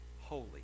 holy